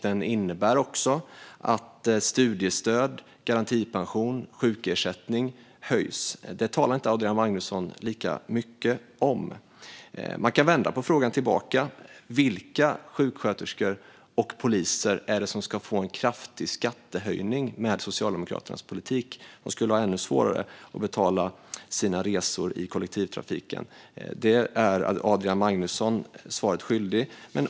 Det innebär att också studiestöd, garantipension och sjukersättning höjs. Det talar Adrian Magnusson inte lika mycket om. Man kan vända på frågan: Vilka sjuksköterskor och poliser är det som ska få en kraftig skattehöjning med Socialdemokraternas politik? De skulle få ännu svårare att betala sina resor i kollektivtrafiken. Där är Adrian Magnusson svaret skyldig.